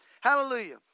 Hallelujah